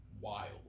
wild